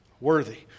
worthy